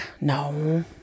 No